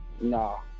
No